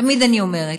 תמיד אני אומרת,